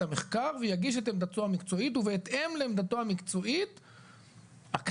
המחקר ויגיש את עמדתו המקצועית ובהתאם לעמדתו המקצועית הכנסת,